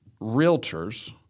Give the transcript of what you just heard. realtors